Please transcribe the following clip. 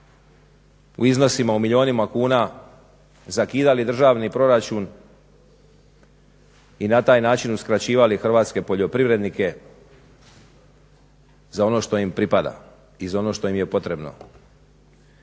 u iznosima u milijunima kuna, zakidali državni proračun i na taj način uskraćivali hrvatske poljoprivrednike za ono što im pripada i za ono što im je potrebno.